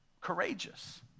courageous